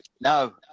No